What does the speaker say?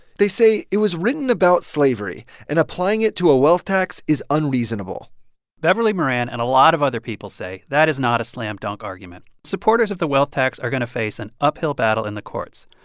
they say it was written about slavery, and applying it to a wealth tax is unreasonable beverly moran and a lot of other people say that is not a slam-dunk argument. supporters of the wealth tax are going to face an uphill battle in the courts,